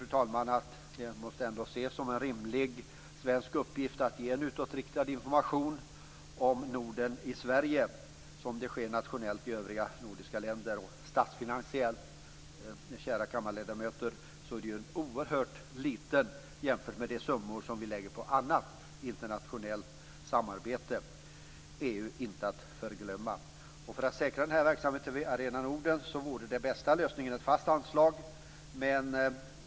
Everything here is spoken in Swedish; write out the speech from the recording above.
Jag tycker att det ändå måste ses som en rimlig svensk uppgift att ge en utåtriktad information om Norden i Sverige på samma sätt som sker nationellt i övriga nordiska länder. Statsfinansiellt, kära kammarledamöter, handlar det ju om oerhört lite pengar jämfört med de summor som vi lägger på annat internationellt samarbete, EU inte att förglömma. För att säkra verksamheten vid Arena Norden vore den bästa lösningen ett fast anslag.